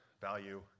value